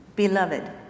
Beloved